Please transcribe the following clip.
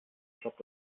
klappt